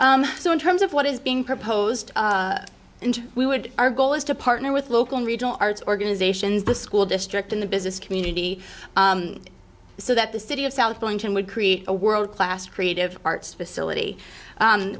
so in terms of what is being proposed and we would our goal is to partner with local regional arts organizations the school district in the business community so that the city of south going to and would create a world class creative arts facility